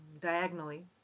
diagonally